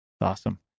Awesome